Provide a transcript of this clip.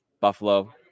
Buffalo